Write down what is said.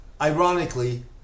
Ironically